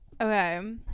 Okay